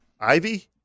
Ivy